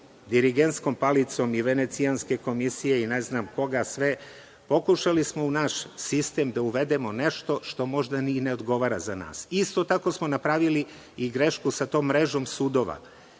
dirigentskom palicom i Venecijanske komisije i ne znam koga sve, pokušali smo u naš sistem da uvedemo nešto što možda ni ne odgovara za nas. Isto tako smo napravili i grešku sa tom mrežom sudova